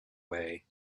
way